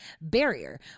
barrier